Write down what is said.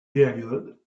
période